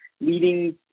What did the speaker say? leading